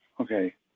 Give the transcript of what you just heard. Okay